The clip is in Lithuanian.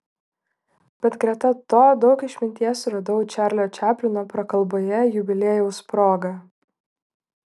bet greta to daug išminties radau čarlio čaplino prakalboje jubiliejaus proga